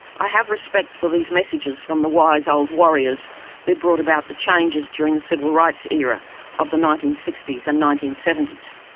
i have respect for these messages from the wise old warriors who brought about the changes during the civil rights era of the nineteen sixty s and nineteen seventy s.